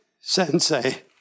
Sensei